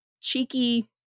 cheeky